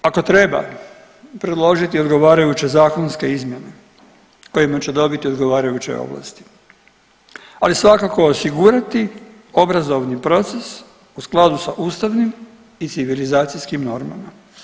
Ako treba predložiti odgovarajuće zakonske izmjene kojima će dobiti odgovarajuće ovlasti, ali svakako osigurati obrazovni proces u skladu sa ustavnim i civilizacijskim normama.